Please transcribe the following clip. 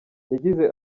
yagize